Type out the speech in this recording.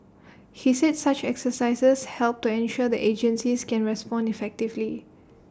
he said such exercises help to ensure the agencies can respond effectively